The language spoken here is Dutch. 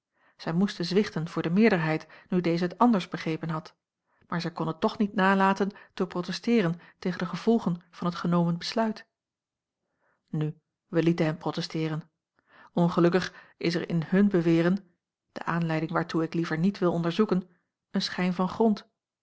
zij moesten zwichten voor de meerderheid nu deze t anders begrepen had maar zij konnen toch niet nalaten te protesteeren tegen de gevolgen van t genomen besluit nu wij lieten hen protesteeren ongelukkig is er in hun beweren de aanleiding waartoe ik liever niet wil onderzoeken een schijn van grond